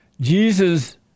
Jesus